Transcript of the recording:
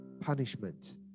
punishment